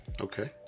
okay